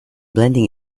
blending